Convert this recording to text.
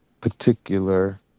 particular